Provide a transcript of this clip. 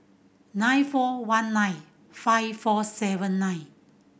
nine four one nine five four seven nine